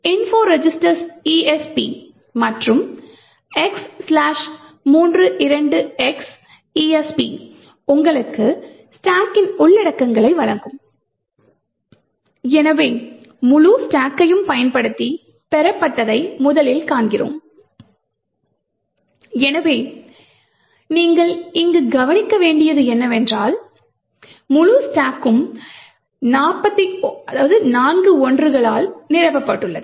gdb info registers esp மற்றும் gdb x 32x esp உங்களுக்கு stack கின் உள்ளடக்கங்களை வழங்கும் எனவே முழு ஸ்டாக்கையும் பயன்படுத்தி பெறப்பட்டதை முதலில் காண்கிறோம் எனவே நீங்கள் இங்கு கவனிக்க வேண்டியது என்னவென்றால் முழு ஸ்டாக்கும் 41 களால் நிரப்பப்பட்டுள்ளது